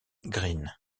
green